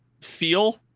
feel